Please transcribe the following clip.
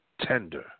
Tender